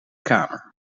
kamer